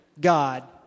God